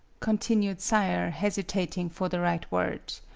continued sayre, hesitating for the right word